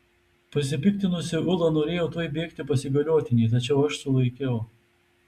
pasipiktinusi ula norėjo tuoj bėgti pas įgaliotinį tačiau aš sulaikiau